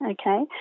okay